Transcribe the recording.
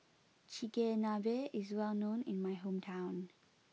Chigenabe is well known in my hometown